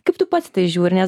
kaip tu pats į tai žiūri nes